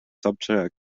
subject